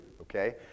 okay